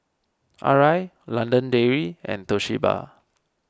Arai London Dairy and Toshiba